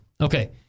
okay